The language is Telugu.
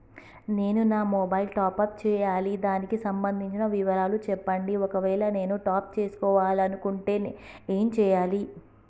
నేను నా మొబైలు టాప్ అప్ చేయాలి దానికి సంబంధించిన వివరాలు చెప్పండి ఒకవేళ నేను టాప్ చేసుకోవాలనుకుంటే ఏం చేయాలి?